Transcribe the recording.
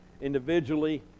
individually